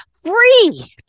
Free